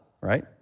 right